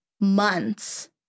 months